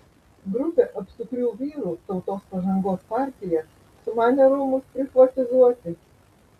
grupė apsukrių vyrų tautos pažangos partija sumanė rūmus prichvatizuoti